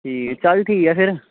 चल ठीक ऐ फिर